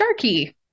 Sharky